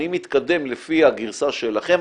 אני מתקדם לפי הגרסה שלכם,